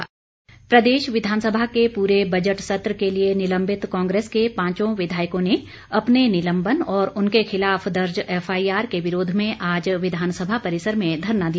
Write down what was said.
कांग्रेस धरना प्रदेश विधानसभा के पूरे बजट सत्र के लिए निलंबित कांग्रेस के पांचों विधायकों ने अपने निलंबन और उनके खिलाफ दर्ज एफआईआर के विरोध में आज विधानसभा परिसर में धरना दिया